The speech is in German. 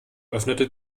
öffnete